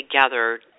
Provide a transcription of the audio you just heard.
together